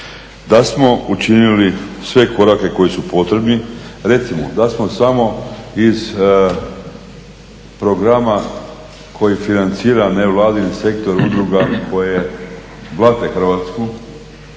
Da smo učinili sve korake koji su potrebni, recimo da smo samo iz programa koji financira nevladin sektor udruga koje … Hrvatsku